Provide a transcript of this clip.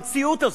במציאות הזו,